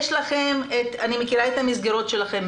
אני מכירה מצוין את המסגרות שלכם.